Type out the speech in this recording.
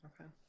Okay